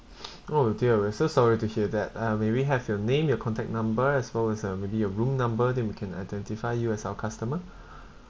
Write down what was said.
oh dear we're so sorry to hear that uh may we have your name your contact number as well as uh maybe your room number that we can identify you as our customer